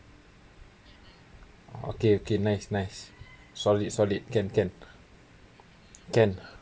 okay okay nice nice solid solid can can can